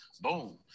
Boom